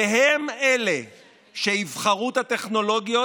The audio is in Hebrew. הם אלה שיבחרו את הטכנולוגיות,